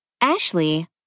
Ashley